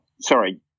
sorry